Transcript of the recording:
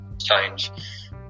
change